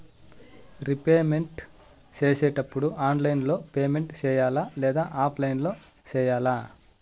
repayment సేసేటప్పుడు online లో payment సేయాలా లేదా ఆఫ్లైన్ లో సేయాలా